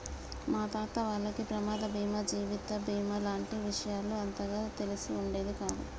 మా తాత వాళ్లకి ప్రమాద బీమా జీవిత బీమా లాంటి విషయాలు అంతగా తెలిసి ఉండేది కాదు